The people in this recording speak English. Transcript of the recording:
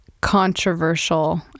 controversial